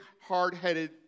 hard-headed